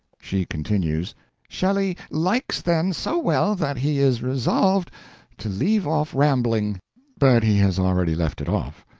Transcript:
she continues shelley likes them so well that he is resolved to leave off rambling but he has already left it off.